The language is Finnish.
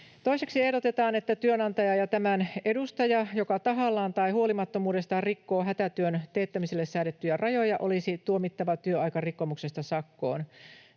Toiseksi ehdotetaan, että työnantaja tai tämän edustaja, joka tahallaan tai huolimattomuudestaan rikkoo hätätyön teettämiselle säädettyjä rajoja, olisi tuomittava työaikarikkomuksesta sakkoon.